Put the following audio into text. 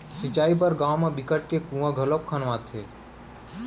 सिंचई बर गाँव म बिकट के कुँआ घलोक खनवाथे